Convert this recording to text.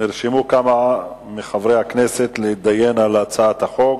נרשמו כמה מחברי הכנסת להתדיין על הצעת החוק.